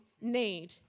need